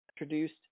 introduced